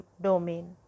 domain